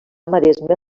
maresma